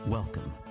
Welcome